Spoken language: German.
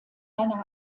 einer